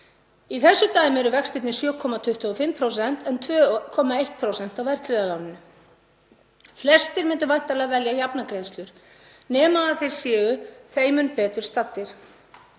Í þessu dæmi eru vextirnir 7,25% en 2,1% af verðtryggða láninu. Flestir myndu væntanlega velja jafnar greiðslur nema þeir séu þeim mun betur staddir.